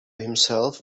himself